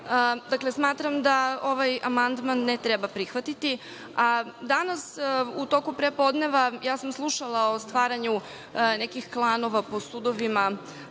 Dakle, smatram da ovaj amandman ne treba prihvatiti. Danas, u toku pre podneva slušala sam o stvaranju nekih klanova po sudovima,